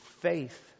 faith